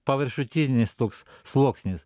paviršutinis toks sluoksnis